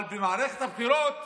אבל במערכת הבחירות